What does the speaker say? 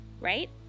right